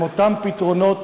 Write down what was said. עם אותם פתרונות,